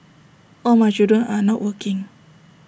all my children are not working